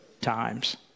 times